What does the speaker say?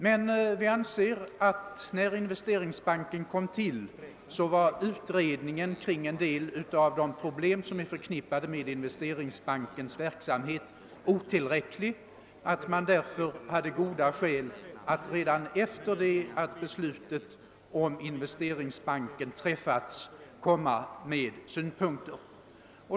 Men vi anser att när Investeringsbanken kom till så var utredningen kring en del av de problem som är förknippade med Investeringsbankens verksamhet otillräcklig och att man därför hade goda skäl att redan omedelbart efter det att beslutet om Investeringsbanken träffats komma tillbaka med synpunkter.